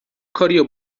کاریو